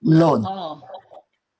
loan